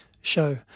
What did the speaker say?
show